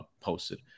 posted